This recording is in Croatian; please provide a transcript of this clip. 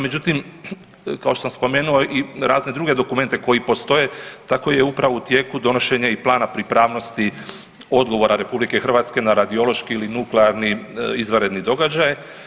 Međutim, kao što sam spomenuo i razne druge dokumente koji postoje, tako je upravo u tijeku donošenje i Plana pripravnosti odgovora RH na radiološki ili nuklearni izvanredni događaj.